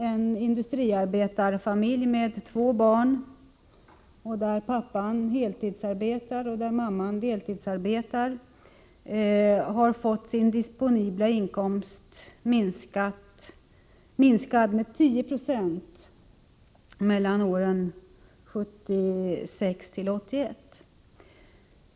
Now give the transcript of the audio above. En industriarbetarfamilj med två barn och heltidsarbetande pappa och deltidsarbetande mamma har fått sin disponibla inkomst minskad med 10 96 mellan åren 1976 och 1981.